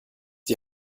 die